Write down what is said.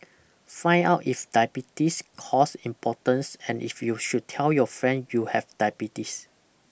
find out if diabetes cause impotence and if you should tell your friend you have diabetes